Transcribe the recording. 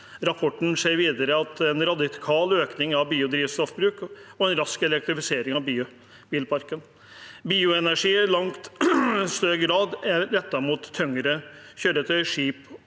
Rapporten trekker videre fram en radikal økning av biodrivstoffbruk, en rask elektrifisering av bilparken og bioenergi i langt større grad rettet mot tyngre kjøretøy, skip og